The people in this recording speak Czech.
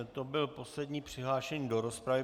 To byl poslední přihlášený do rozpravy.